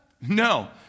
No